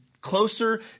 closer